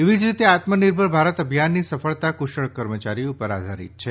એવી જ રીતે આત્મનિર્ભર ભારત અભિયાનની સફળતા ક્રશળ કર્મચારી ઉપર આધારિત છે